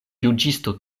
juĝisto